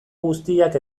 guztiak